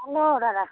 অঁ দাদা